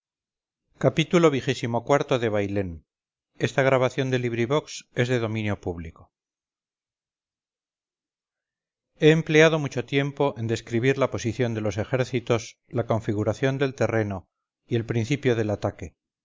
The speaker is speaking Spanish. xxiv xxv xxvi xxvii xxviii xxix xxx xxxi xxxii bailén de benito pérez galdós he empleado mucho tiempo en describir la posición de los ejércitos la configuración del terreno y el principio del ataque